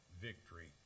victory